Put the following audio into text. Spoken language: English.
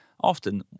often